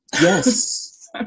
yes